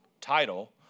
title